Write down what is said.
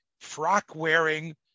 frock-wearing